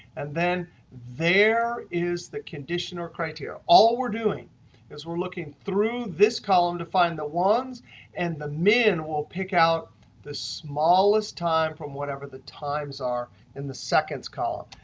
and then there is the condition or criteria. all we're doing is we're looking through this column to find the and the min will pick out the smallest time from whatever the times are in the seconds column.